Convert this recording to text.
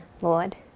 Lord